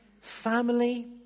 family